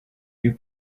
you